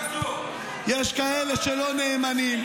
יש כאלה שלא נאמנים.